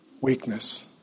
weakness